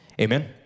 Amen